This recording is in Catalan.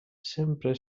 sempre